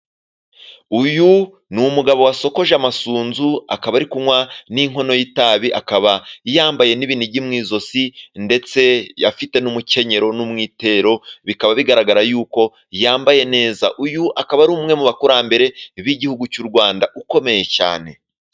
Uyu ni umugabo wasokoje amasunzu, akaba ari kunywa n'inkono y'itabi, akaba yambaye n'ibinigi mu ijosi, ndetse afite n'umukenyero n'umwitero, Bikaba bigaragara yuko yambaye neza. Uyu akaba ari umwe mu bakurambere b'igihugu cy'u Rwanda ukomeye cyane.